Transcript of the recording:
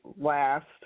last